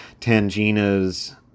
Tangina's